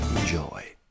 Enjoy